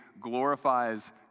glorifies